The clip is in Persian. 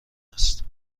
است